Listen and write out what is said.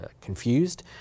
confused